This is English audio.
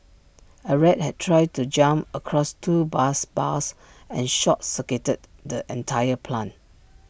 A rat had tried to jump across two bus bars and short circuited the entire plant